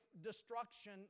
destruction